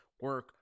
Work